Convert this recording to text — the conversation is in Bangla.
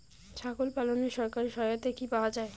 ছাগল পালনে সরকারি সহায়তা কি পাওয়া যায়?